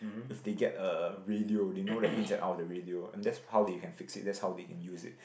if they get a radio you know the ins and out of the radio and that's how they can fix it that's how they can use it